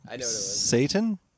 Satan